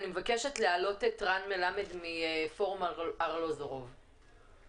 רן מלמד מפורום ארלוזורוב בבקשה.